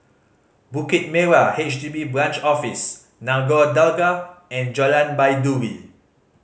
Bukit Merah H D B Branch Office Nagore Dargah and Jalan Baiduri